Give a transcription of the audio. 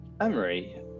Emery